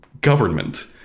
government